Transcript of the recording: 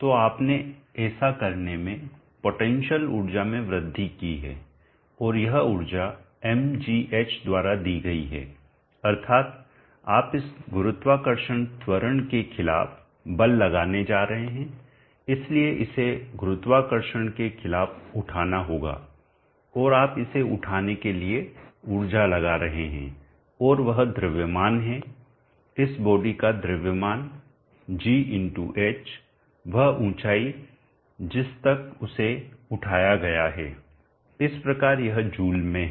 तो आपने ऐसा करने में पोटेंशियल ऊर्जा में वृद्धि की है और यह ऊर्जा mgh द्वारा दी गई है अर्थात आप इस गुरुत्वाकर्षण त्वरण के खिलाफ बल लगाने जा रहे हैं इसलिए इसे गुरुत्वाकर्षण के खिलाफ उठाना होगा और आप इसे उठाने के लिए ऊर्जा लगा रहे हैं और वह द्रव्यमान है इस बॉडी का द्रव्यमान g × h वह ऊंचाई जिस तक इसे उठाया गया है इस प्रकार यह जूल में है